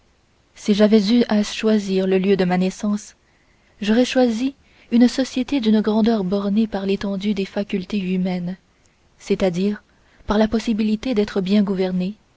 si j'avais eu à choisir le lieu de ma naissance j'aurais choisi une société d'une grandeur bornée par l'étendue des facultés humaines c'est-à-dire par la possibilité d'être bien gouvernée